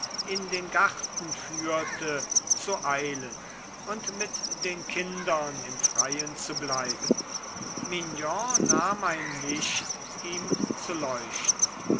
in den garten führte zu eilen und mit den kindern im freien zu bleiben mignon nahm ein licht ihm zu leuchten